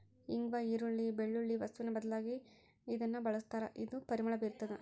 ಇಂಗ್ವಾ ಈರುಳ್ಳಿ, ಬೆಳ್ಳುಳ್ಳಿ ವಸ್ತುವಿನ ಬದಲಾಗಿ ಇದನ್ನ ಬಳಸ್ತಾರ ಇದು ಪರಿಮಳ ಬೀರ್ತಾದ